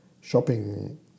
shopping